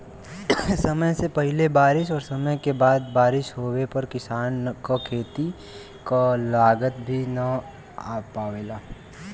समय से पहिले बारिस और समय के बाद बारिस होवे पर किसान क खेती क लागत भी न आ पावेला